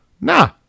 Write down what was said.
Nah